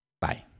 Bye